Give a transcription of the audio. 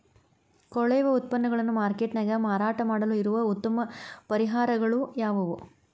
ಕೊಳೆವ ಉತ್ಪನ್ನಗಳನ್ನ ಮಾರ್ಕೇಟ್ ನ್ಯಾಗ ಮಾರಾಟ ಮಾಡಲು ಇರುವ ಉತ್ತಮ ಪರಿಹಾರಗಳು ಯಾವವು?